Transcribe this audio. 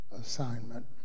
assignment